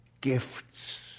gifts